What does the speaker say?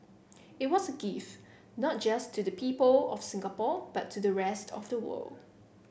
it was a gift not just to the people of Singapore but to the rest of the world